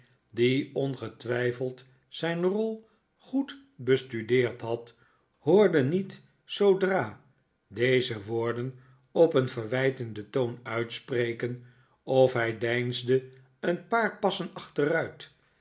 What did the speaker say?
die ongetwijfeld zijn rol goed bestudeerd had hoorde niet zoodra deze woorden op een verwijtenden toon uitspreken of hij deinsde een paar passen achteruit